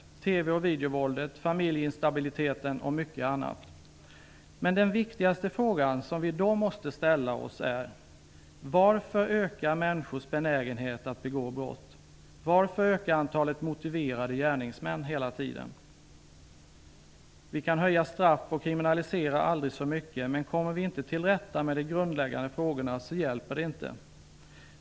Jag tänker på TV och videovåldet, familjeinstabiliteten och mycket annat. Men de viktigaste frågor som vi i dag måste ställa oss är: Varför ökar människors benägenhet att begå brott? Varför ökar hela tiden antalet motiverade gärningsmän? Vi kan höja straff och kriminalisera aldrig så mycket, men om man inte kommer till rätta med de grundläggande frågorna hjälper inte det.